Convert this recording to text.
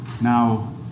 now